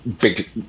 big